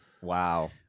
Wow